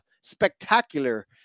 spectacular